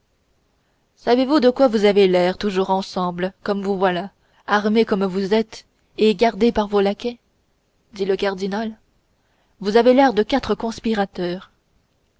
savez-vous de quoi vous avez l'air toujours ensemble comme vous voilà armés comme vous êtes et gardés par vos laquais dit le cardinal vous avez l'air de quatre conspirateurs